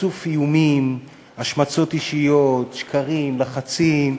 רצוף איומים, השמצות אישיות, שקרים, לחצים,